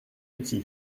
petit